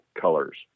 colors